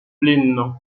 pline